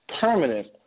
permanent